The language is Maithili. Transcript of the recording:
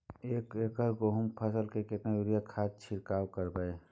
एक एकर गेहूँ के फसल में केतना यूरिया खाद के छिरकाव करबैई?